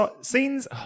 scenes